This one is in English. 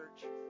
church